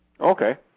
Okay